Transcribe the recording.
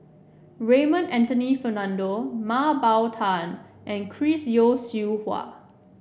Raymond Anthony Fernando Mah Bow Tan and Chris Yeo Siew Hua